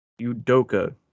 Udoka